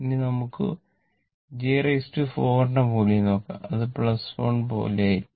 ഇനി നമുക്ക് j4 ന്റെ മൂല്യം നോക്കാം അത് 1 പോലെ ആയിരിക്കും